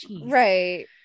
right